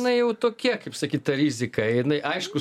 na jau tokie kaip sakyt ta rizika jinai aišku